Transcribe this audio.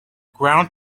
ground